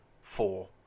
four